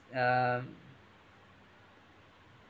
uh